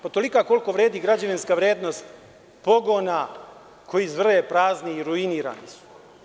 Pa tolika koliko vredi građevinska vrednost pogona koji zuje prazni i ruinirani su.